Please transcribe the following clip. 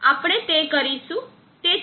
આપણે તે કરીશું